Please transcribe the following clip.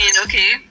okay